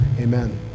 Amen